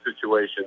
situation